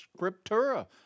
Scriptura